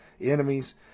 enemies